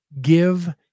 give